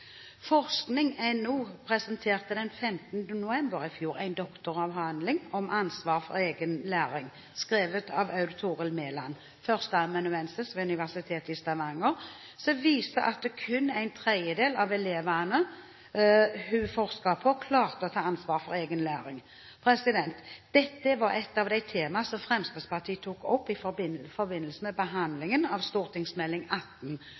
presenterte den 15. november i fjor en doktoravhandling om ansvar for egen læring, skrevet av Aud Torill Meland, førsteamanuensis ved Universitetet i Stavanger, som viste at kun en tredjedel av elevene hun forsket på, klarte å ta ansvar for egen læring. Dette var et av de temaene som Fremskrittspartiet tok opp i forbindelse med behandlingen av Meld. St. nr. 18